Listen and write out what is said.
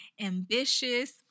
ambitious